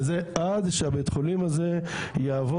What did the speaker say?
וזה עד שבית החולים הזה יעבור,